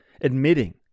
admitting